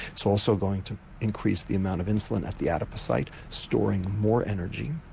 it's also going to increase the amount of insulin at the adipocyte storing more energy.